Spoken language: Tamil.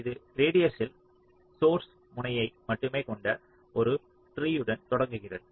இது ரேடியஸ்ஸில் சோர்ஸ் முனையை மட்டுமே கொண்ட ஒரு ட்ரீயுடன் தொடங்குகிறது